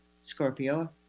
Scorpio